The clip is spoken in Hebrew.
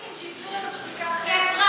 בואו נשנה את השופטים, שייתנו לנו פסיקה אחרת.